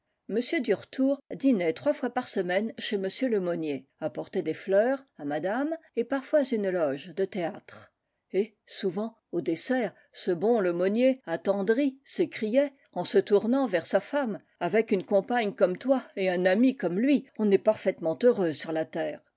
m duretour dînait trois fois par semaine chez m lemonnier apportait des fleurs à madame et parfois une loge de théâtre et souvent au dessert ce bon lemonnier attendri s'écriait en se tournant vers sa femme avec une compagne comme toi et un ami comme lui on est parfaitement heureux sur la terre